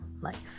life